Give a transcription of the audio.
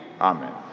Amen